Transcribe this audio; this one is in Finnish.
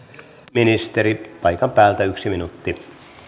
ministeri paikan päältä yksi minuutti